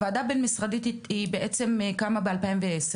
אתה אומר שהוועדה הבין-משרדית קמה ב-2010.